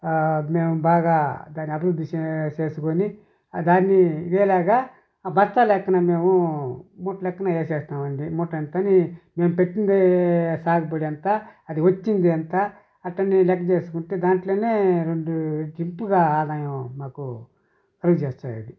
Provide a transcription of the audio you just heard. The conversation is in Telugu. మేము బాగా దాని అభివృద్ధి చే చేసుకొని ఆ దాన్ని ఇదేలాగా బస్తా లెక్కన మేమూ మూట లెక్కన వేసేస్తామండి మూట ఇంతని మేం పెట్టింది సాగుబడి ఎంత అది వచ్చింది ఎంత అట్ట నేను లెక్కచేసుకుంటే దాంట్లోనే రెండు ఇంపుగా ఆదాయం మాకు కలుగజేస్తుంది